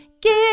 Give